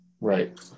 Right